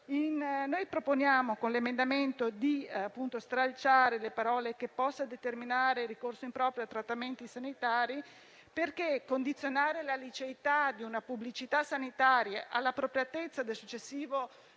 noi proponiamo di stralciare le parole: «, che possa determinare ricorso improprio a trattamenti sanitari», perché condizionare la liceità di una pubblicità sanitaria all'appropriatezza del successivo